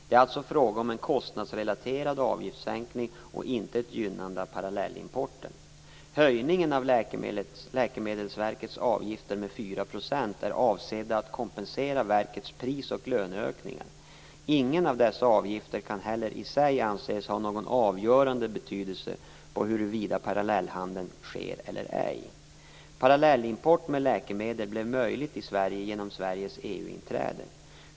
Det är alltså fråga om en kostnadsrelaterad avgiftssättning och inte ett gynnande av parallellimporten. Höjningen av Läkemedelsverkets avgifter med 4 % är avsedd att kompensera verkets pris och löneökningar. Ingen av dessa avgifter kan heller i sig anses ha någon avgörande betydelse för huruvida parallellhandel sker eller ej. Parallellimport med läkemedel blev möjlig i Sverige genom Sveriges EU-inträde.